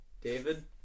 David